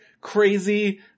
crazy